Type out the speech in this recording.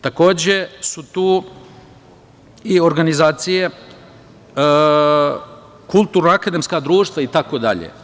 Takođe su tu i organizacije kulturno-akademska društva itd.